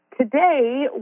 today